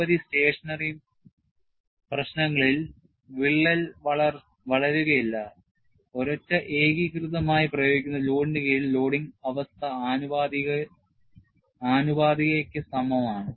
നിരവധി സ്റ്റേഷണറി പ്രശ്നങ്ങളിൽ വിള്ളൽ വളരുകയില്ല ഒരൊറ്റ ഏകീകൃതമായി പ്രയോഗിക്കുന്ന ലോഡിന് കീഴിൽ ലോഡിംഗ് അവസ്ഥ ആനുപാതികതയ്ക്ക് സമമാണ്